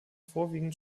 vorwiegend